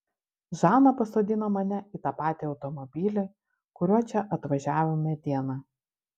žana pasodino mane į tą patį automobilį kuriuo čia atvažiavome dieną